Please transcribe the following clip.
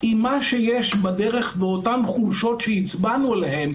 עם מה שיש בדרך ואותן חולשות שהצבענו עליהן